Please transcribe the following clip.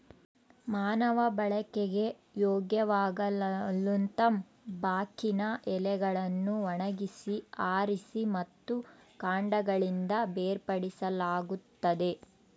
ಮಾನವ ಬಳಕೆಗೆ ಯೋಗ್ಯವಾಗಲುತಂಬಾಕಿನ ಎಲೆಗಳನ್ನು ಒಣಗಿಸಿ ಆರಿಸಿ ಮತ್ತು ಕಾಂಡಗಳಿಂದ ಬೇರ್ಪಡಿಸಲಾಗುತ್ತದೆ